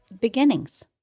beginnings